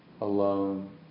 alone